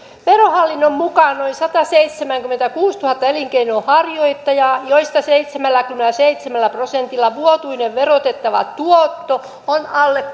verohallinnon mukaan on noin sataseitsemänkymmentäkuusituhatta elinkeinonharjoittajaa joista seitsemälläkymmenelläseitsemällä prosentilla vuotuinen verotettava tuotto on alle